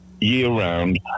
year-round